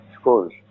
schools